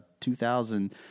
2000